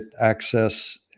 access